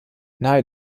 nahe